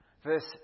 Verse